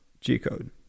G-code